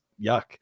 yuck